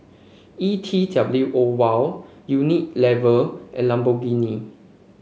E T W O Wow Unilever and Lamborghini